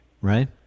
Right